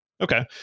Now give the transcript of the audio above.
Okay